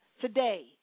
Today